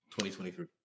2023